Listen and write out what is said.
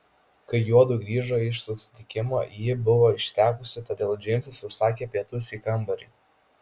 kai juodu grįžo iš susitikimo ji buvo išsekusi todėl džeimsas užsakė pietus į kambarį